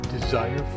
desire